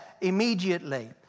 immediately